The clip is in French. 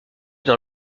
dans